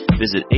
visit